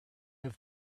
have